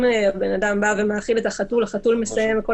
אם בן אדם בא להאכיל את החתול והחתול מסיים וכל